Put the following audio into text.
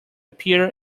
appear